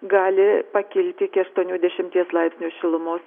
gali pakilti iki aštuonių dešimties laipsnių šilumos